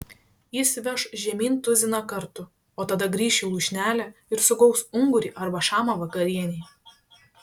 jis veš žemyn tuziną kartų o tada grįš į lūšnelę ir sugaus ungurį arba šamą vakarienei